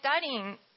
studying